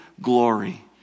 glory